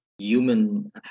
Human